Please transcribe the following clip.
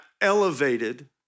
elevated